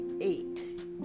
eight